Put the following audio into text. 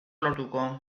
lortuko